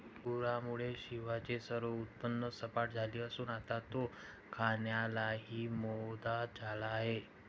पूरामुळे शिवाचे सर्व उत्पन्न सपाट झाले असून आता तो खाण्यालाही मोताद झाला आहे